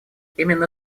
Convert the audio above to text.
именно